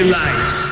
lives